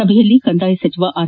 ಸಭೆಯಲ್ಲಿ ಕಂದಾಯ ಸಚಿವ ಆರ್